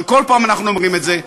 אבל כל פעם אנחנו אומרים את זה,